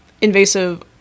invasive